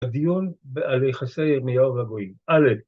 ‫בדיון על יחסי ירמיהו והגויים. ‫אלף.